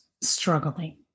struggling